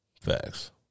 Facts